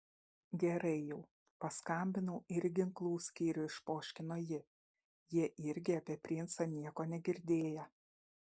gerai jau paskambinau ir į ginklų skyrių išpoškino ji jie irgi apie princą nieko negirdėję